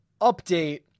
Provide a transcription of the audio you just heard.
update